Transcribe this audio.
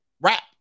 Rap